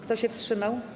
Kto się wstrzymał?